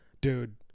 Dude